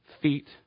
feet